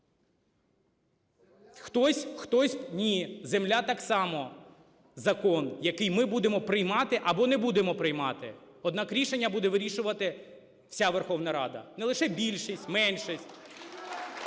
Хтось… Ні, земля так само закон, який ми будемо приймати або не будемо приймати. Однак рішення буде вирішувати вся Верховна Рада. Не лише більшість, меншість.